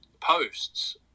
posts